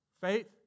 Faith